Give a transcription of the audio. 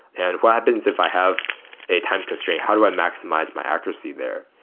and what happens if i have a time constraint? how do i maximize my accuracy there?